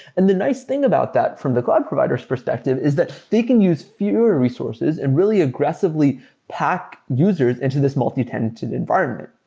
and the nice thing about that from the cloud provider s perspective is that they can use fewer resources and really aggressively pack users into this multi-tenanted environment.